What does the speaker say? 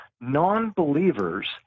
non-believers